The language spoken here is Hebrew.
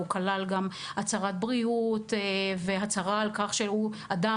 הוא כלל גם הצהרת בריאות והצהרה על כך שהאדם,